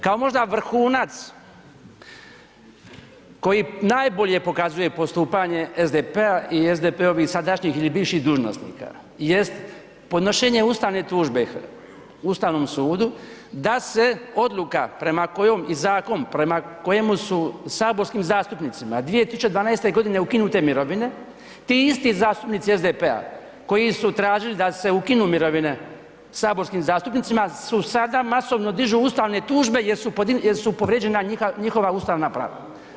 Kao možda vrhunac koji najbolje pokazuje postupanje SDP-a i SDP-ovih sadašnjih ili bivših dužnosnika jest podnošenje ustavne tužbe Ustavnom sudu da se odluka i zakon prema kojem su saborskim zastupnicima 2012. godine ukinute mirovine, ti isti zastupnici SDP-a koji su tražili da se ukinu mirovine saborskim zastupnicima su sada masovno dižu ustavne tužbe jer su povrijeđena njihova ustavna prava.